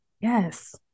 Yes